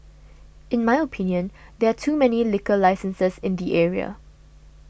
in my opinion there are too many liquor licenses in the area